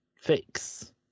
fix